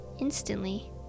instantly